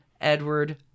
Edward